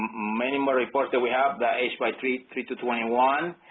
many more reports that we have the age by three three to twenty one.